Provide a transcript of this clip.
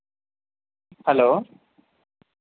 hello